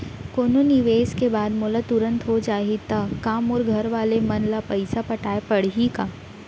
कोनो निवेश के बाद मोला तुरंत हो जाही ता का मोर घरवाले मन ला पइसा पटाय पड़ही का?